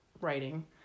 writing